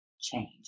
Change